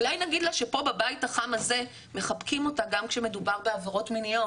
אולי נגיד לה שפה בבית החם הזה מחבקים אותה גם כשמדובר בעבירות מיניות,